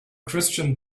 christian